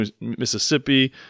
Mississippi